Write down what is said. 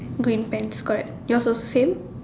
green pants correct yours also same